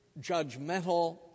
judgmental